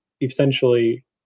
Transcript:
essentially